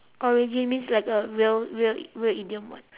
origin means like a real real real idiom [what]